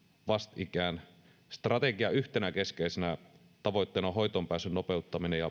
vastikään strategian yhtenä keskeisenä tavoitteena on hoitoonpääsyn nopeuttaminen ja